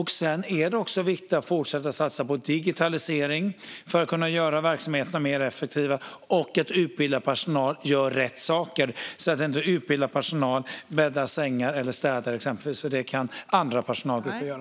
Det är också viktigt att fortsätta satsa på digitalisering för att göra verksamheterna mer effektiva och på att utbildad personal ska göra rätt saker. Utbildad personal ska inte exempelvis bädda sängar eller städa, utan det kan andra personalgrupper göra.